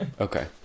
Okay